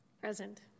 Present